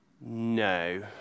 No